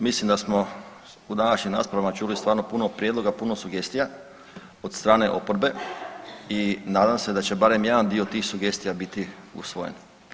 Mislim da smo u današnjim raspravama čuli stvarno puno prijedloga, puno sugestija od strane oporbe i nadam se da će barem jedan dio tih sugestija biti usvojen.